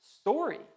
story